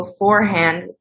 beforehand